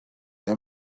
let